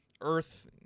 earth